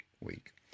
week